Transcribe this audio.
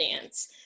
dance